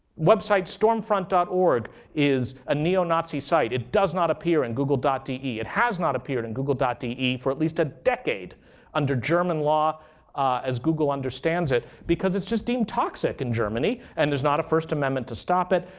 website stormfront dot org is a neo-nazi site. it does not appear in google de. it has not appeared in google de for at least a decade under german law as google understands it because it's just deemed toxic in germany, and there's not a first amendment to stop it.